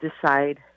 decide